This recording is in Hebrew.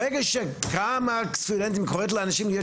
ברגע שגם הסטודנטית קוראת לאנשים להיות